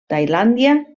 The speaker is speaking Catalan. tailàndia